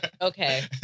Okay